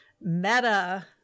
meta